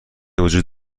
وجود